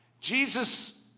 Jesus